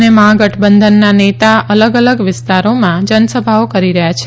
અને મહાગઠબંધનના નેતા અલગ અલગ વિસ્તારોમાં જનસભાઓ કરી રહ્યા છે